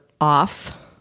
off